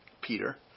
Peter